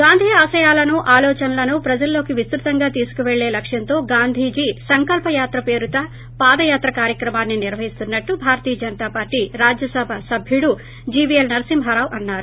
గాంధీ ఆశయాలను ఆలోచనలను ప్రజల్లోకి విస్తుతంగా తీసుకుపెళ్లే లక్కంతో గాంధీజీ సంకల్ప యాత్ర పేరిట పాదయాత్ర కార్యక్రమాన్ని నిర్వహిస్తున్నట్టు భారతీయ జనతా పార్టీ రాజ్యసభ సభ్యుడు జీవిఎల్ నరసింహారావు అన్నారు